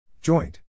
Joint